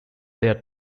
their